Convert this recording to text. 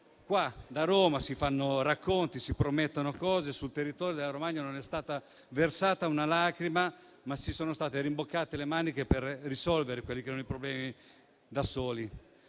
qua da Roma si fanno racconti, si promettono cose sul territorio della Romagna e non è stata versata una lacrima, lì si sono rimboccati le maniche per risolvere i problemi da soli.